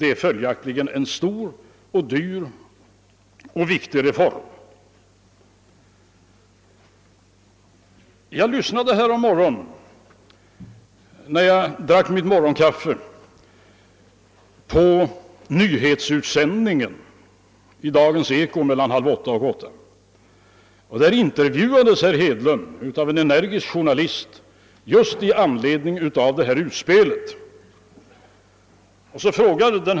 Det är följaktligen fråga om en stor, dyr och viktig reform. Jag lyssnade härommorgonen när jag drack mitt morgonkaffe på nyhetsutsändningen i Dagens eko mellan halv åtta och åtta. Där intervjuades herr Hedlund av en energisk journalist just i anledning av detta utspel.